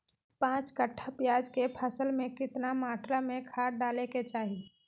पांच कट्ठा प्याज के फसल में कितना मात्रा में खाद डाले के चाही?